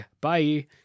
bye